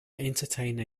entertainer